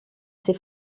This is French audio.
ses